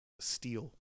steel